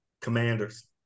Commanders